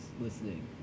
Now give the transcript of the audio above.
listening